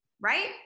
right